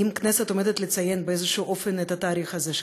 האם הכנסת עומדת לציין באיזשהו אופן את התאריך הזה,